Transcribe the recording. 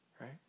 right